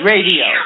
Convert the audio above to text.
Radio